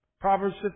Proverbs